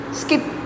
skip